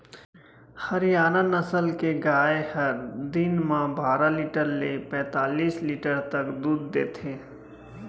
हरियाना नसल के गाय हर दिन म बारा लीटर ले पैतालिस लीटर तक दूद देथे